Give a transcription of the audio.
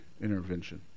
intervention